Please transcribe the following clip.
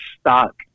stuck